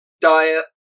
diet